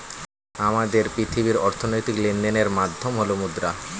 আমাদের পৃথিবীর অর্থনৈতিক লেনদেনের মাধ্যম হল মুদ্রা